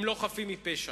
אם לא חפים מפשע?